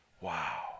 Wow